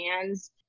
hands